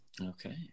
Okay